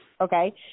okay